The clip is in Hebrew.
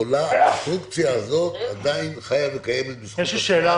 הקונסטרוקציה הזאת עדיין חיה וקיימת בזכות עצמה,